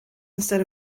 instead